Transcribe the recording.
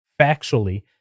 factually